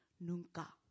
Nunca